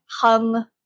hung